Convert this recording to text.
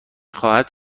خواهد